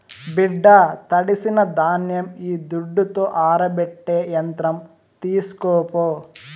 బిడ్డా తడిసిన ధాన్యం ఈ దుడ్డుతో ఆరబెట్టే యంత్రం తీస్కోపో